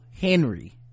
henry